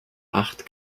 acht